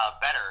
better